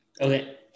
Okay